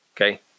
Okay